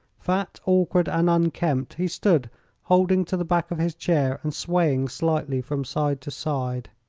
fat, awkward and unkempt, he stood holding to the back of his chair and swaying slightly from side to side.